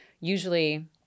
Usually